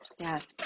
Yes